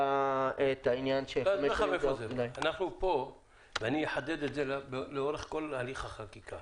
אחדד לאורך כל הליך החקיקה